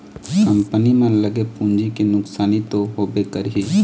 company म लगे पूंजी के नुकसानी तो होबे करही